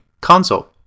console